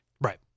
Right